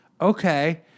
okay